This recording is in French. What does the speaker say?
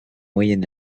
moyen